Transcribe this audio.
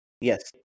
Yes